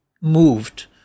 moved